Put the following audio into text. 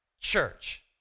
church